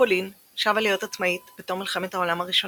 פולין שבה להיות עצמאית בתום מלחמת העולם הראשונה.